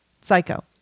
psycho